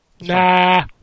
Nah